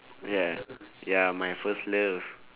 ya ya my first love